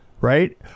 right